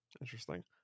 Interesting